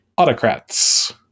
autocrats